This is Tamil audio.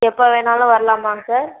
எப்போ வேணாலும் வரலாமாங்க சார்